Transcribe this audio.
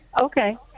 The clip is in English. okay